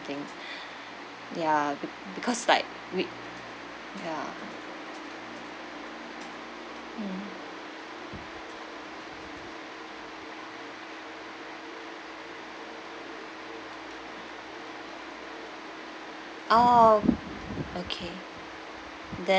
ya be~ because like with ya mm orh okay then